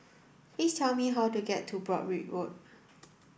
please tell me how to get to Broadrick Road